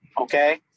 Okay